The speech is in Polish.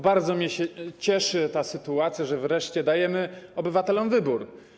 Bardzo mnie cieszy ta sytuacja, że wreszcie dajemy obywatelom wybór.